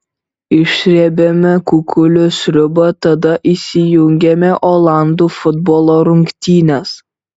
išsrebiame kukulių sriubą tada įsijungiame olandų futbolo rungtynes